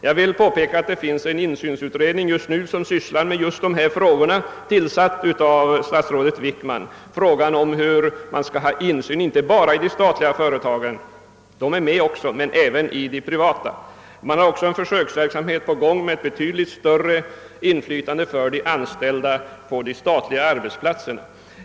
Jag vill påpeka att det finns en insynsutredning, tillsatt av statsrådet Wickman, som sysslar med frågan om insyn inte bara i de statliga företagen, utan även i de privata. Det pågår också en försöksverksamhet med betydligt större inflytande för de anställda vid de statliga arbetsplatserna.